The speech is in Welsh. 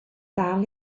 dal